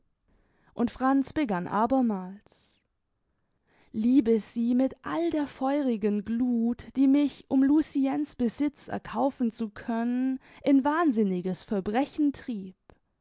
und franz begann abermals liebe sie mit all der feurigen gluth die mich um luciens besitz erkaufen zu können in wahnsinniges verbrechen trieb